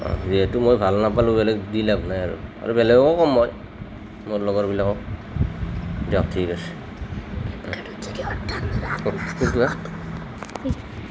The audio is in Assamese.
যিহেতু মই ভাল নাপালোঁ বেলেগ দি লাভ নাই আৰু আৰু বেলেগকো ক'ম মই মোৰ লগৰ বিলাকক দিয়ক ঠিক আছে